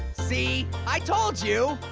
see, i told you.